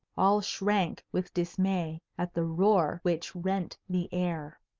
all shrank with dismay at the roar which rent the air.